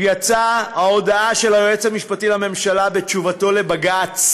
יצאה ההודעה של היועץ המשפטי לממשלה בתשובתו לבג"ץ